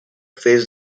faced